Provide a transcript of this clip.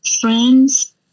friends